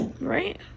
right